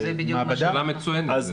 שאלה מצוינת.